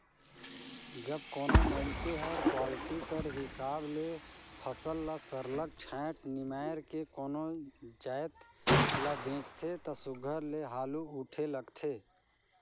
जब कोनो मइनसे हर क्वालिटी कर हिसाब ले फसल ल सरलग छांएट निमाएर के कोनो जाएत ल बेंचथे ता सुग्घर ले हालु उठे लगथे